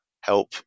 help